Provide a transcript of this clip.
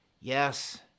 Yes